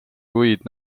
kuid